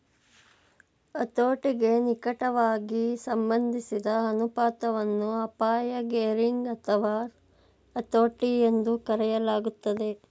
ಹತೋಟಿಗೆ ನಿಕಟವಾಗಿ ಸಂಬಂಧಿಸಿದ ಅನುಪಾತವನ್ನ ಅಪಾಯ ಗೇರಿಂಗ್ ಅಥವಾ ಹತೋಟಿ ಎಂದೂ ಕರೆಯಲಾಗುತ್ತೆ